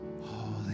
Holy